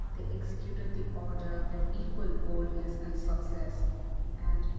they executed the order with equal boldness and success and,